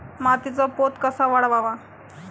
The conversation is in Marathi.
मातीचा पोत कसा वाढवावा?